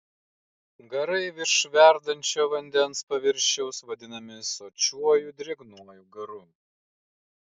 garai virš verdančio vandens paviršiaus vadinami sočiuoju drėgnuoju garu